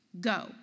Go